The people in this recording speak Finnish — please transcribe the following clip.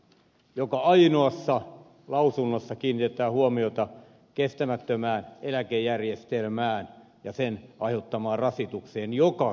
joka ainoassa lausunnossa kiinnitetään huomiota kestämättömään eläkejärjestelmään ja sen aiheuttamaan rasitukseen joka kerta